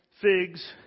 figs